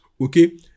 okay